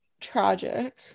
tragic